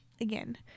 Again